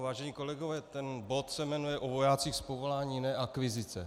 Vážení kolegové, ten bod se jmenuje o vojácích z povolání, ne akvizice.